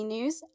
News